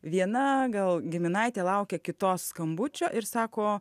viena gal giminaitė laukia kitos skambučio ir sako